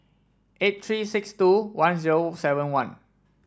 eight three six two one zero seven one